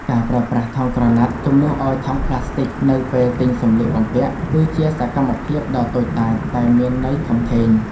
ការប្រើប្រាស់ថង់ក្រណាត់ជំនួសឱ្យថង់ប្លាស្ទិកនៅពេលទិញសម្លៀកបំពាក់ គឺជាសកម្មភាពដ៏តូចតាចតែមានន័យធំធេង។